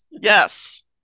Yes